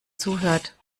zuhört